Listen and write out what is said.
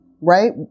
right